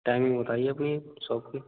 timing बताईए अपनी shop की